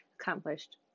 accomplished